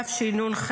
התשנ"ח